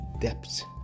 depths